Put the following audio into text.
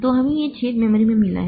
तो हमें ये छेद मेमोरी में मिला है